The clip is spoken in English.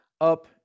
up